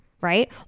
right